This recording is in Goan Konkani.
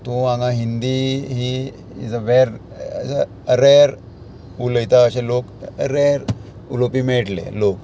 तूं हांगा हिंदी ही इज अ वेर उलयता अशे लोक रेर उलोवपी मेळटले लोक